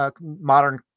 modern